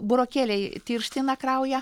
burokėliai tirština kraują